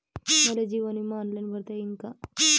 मले जीवन बिमा ऑनलाईन भरता येईन का?